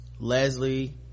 leslie